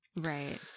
Right